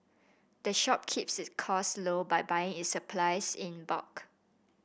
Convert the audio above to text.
the shop keeps its costs low by buying its supplies in bulk